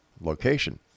location